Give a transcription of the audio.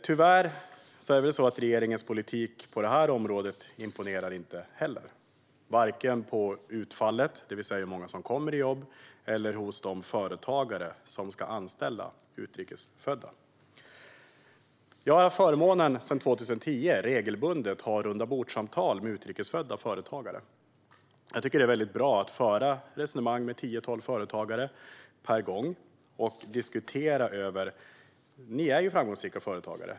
Tyvärr imponerar inte regeringens politik på det här området heller, varken i fråga om utfallet, det vill säga hur många som kommer i jobb, eller på de företagare som ska anställa utrikes födda. Jag har sedan 2010 haft förmånen att regelbundet ha rundabordssamtal med utrikes födda företagare, ett tiotal per gång. Det är väldigt bra att föra ett resonemang och diskutera: "Ni är ju framgångsrika företagare.